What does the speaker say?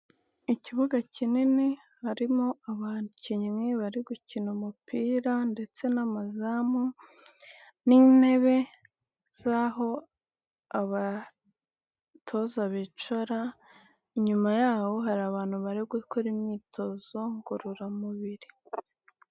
Ikibuga kinini harimo abakinnyi bari gukina umupira ndetse n'amazamu n'intebe z'aho abatoza bicara, inyuma yaho hari abantu bari gukora imyitozo ngororamubiri.